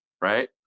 Right